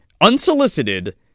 unsolicited